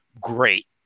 great